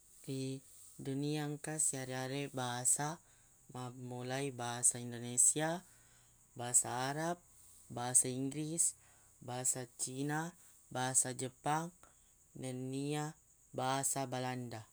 ri dunia engka siareq-areq bahasa mamulai basa indonesia basa arab basa inggris basa cina basa jepang nennia basa balanda